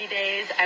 days